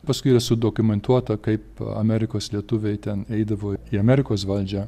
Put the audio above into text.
paskui yra sudokumentuota kaip amerikos lietuviai ten eidavo į amerikos valdžią